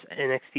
NXT